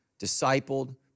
discipled